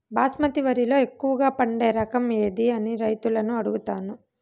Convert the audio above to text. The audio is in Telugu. బాస్మతి వరిలో ఎక్కువగా పండే రకం ఏది అని రైతులను అడుగుతాను?